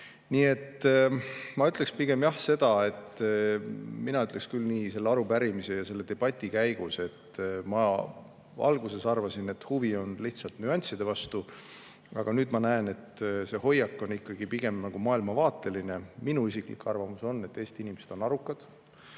igal juhul mõistlik. Ma ütleks küll nii selle arupärimise kui ka selle debati kohta, et ma alguses arvasin, et huvi on lihtsalt nüansside vastu, aga nüüd ma näen, et see hoiak on ikkagi pigem maailmavaateline. Minu isiklik arvamus on, et Eesti inimesed on arukad,